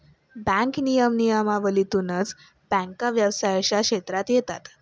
bank नियमन नियमावलीतूनच बँका व्यवसायाच्या क्षेत्रात येतात